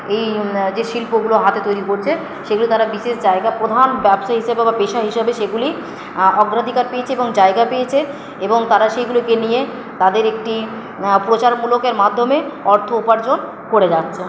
এই যে শিল্পগুলো হাতে তৈরি করছে সেগুলো তারা বিশেষ জায়গা প্রধান ব্যবসা হিসাবে বা পেশা হিসাবে সেইগুলি অগ্রাধিকার পেয়েছে এবং জায়গা পেয়েছে এবং তারা সেইগুলোকে নিয়ে তাদের একটি প্রচারমূলকের মাধ্যমে অর্থ উপার্জন করে যাচ্ছে